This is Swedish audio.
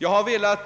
Jag har bara